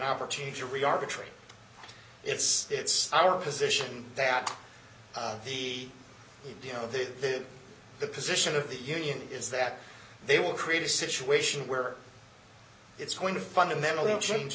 opportunity to re arbitrate it's it's our position that the you know the the position of the union is that they will create a situation where it's going to fundamentally change